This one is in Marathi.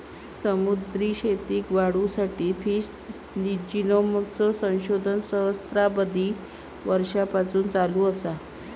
समुद्री शेतीक वाढवुसाठी फिश जिनोमचा संशोधन सहस्त्राबधी वर्षांपासून चालू असा